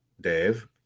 Dave